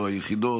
הן לא היחידות.